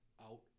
out